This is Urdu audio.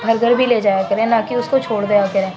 بھر کر بھی لے جایا کریں نہ کہ اس کو چھوڑ دیا کریں